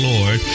Lord